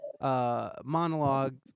monologue